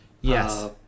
yes